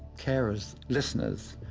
carers, listeners,